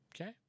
Okay